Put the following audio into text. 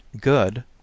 Good